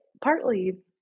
Partly